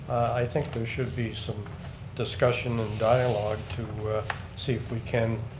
i think there should be some discussion and dialogue to see if we can.